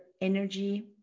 energy